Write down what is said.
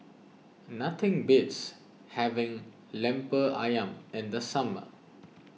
nothing beats having Lemper Ayam in the summer